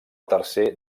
tercer